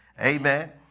Amen